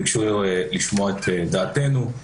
וביקשו לשמוע את דעתנו.